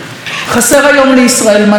חסר היום לישראל מנהיג.